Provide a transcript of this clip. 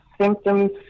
symptoms